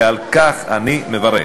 ועל כך אני מברך.